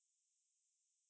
then 我会